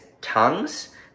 tongues